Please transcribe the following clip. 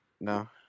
No